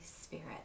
Spirit